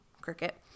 cricket